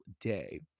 day